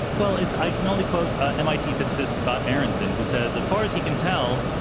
well, it's i can only quote mit physicist scott aaronson who says, as far as he can tell,